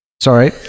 sorry